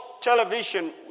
television